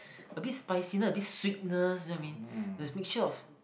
a bit spiciness a bit sweetness you know what I mean there's mixture of